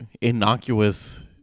innocuous